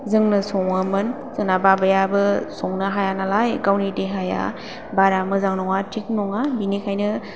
जोंनो सङोमोन जोंना बाबायाबो संनो हाया नालाय गावनि देहाया बारा मोजां नङा थिग नङा बिनिखायनो